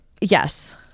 yes